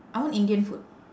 I want indian food